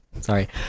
sorry